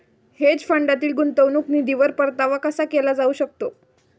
Hedge फंडातील गुंतवणूक निधीवर परतावा कसा केला जाऊ शकतो?